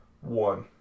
One